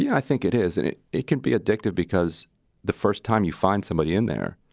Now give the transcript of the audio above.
yeah i think it is. and it it can be addictive because the first time you find somebody in there,